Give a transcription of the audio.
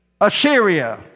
Assyria